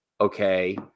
okay